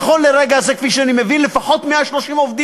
נכון לרגע זה, כפי שאני מבין, לפחות 130 עובדים